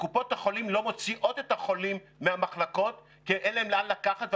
קופות החולים לא מוציאות את החולים מהמחלקות כי אין להן לאן לקחת,